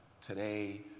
Today